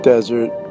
desert